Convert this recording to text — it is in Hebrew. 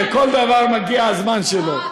כל דבר מגיע הזמן שלו.